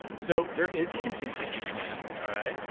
so there is a contingency plan, all right?